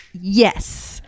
Yes